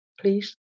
please